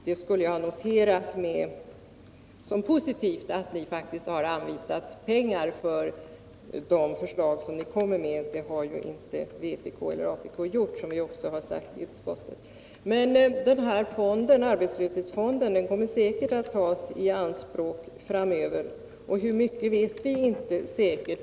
Jag skulle ha noterat som positivt att ni faktiskt har anvisat pengar för de förslag ni kommer med — det har inte vpk eller apk gjort, som vi också sagt i utskottet. Arbetslöshetsfonden kommer säkert att tas i anspråk framöver, hur mycket vet vi inte säkert.